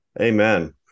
amen